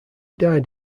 died